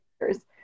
years